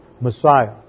Messiah